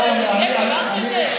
אני בא ואומר, יש דבר כזה?